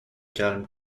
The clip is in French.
calme